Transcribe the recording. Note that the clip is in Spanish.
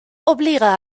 obliga